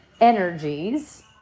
energies